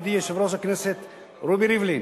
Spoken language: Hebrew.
ידידי יושב-ראש הכנסת רובי ריבלין,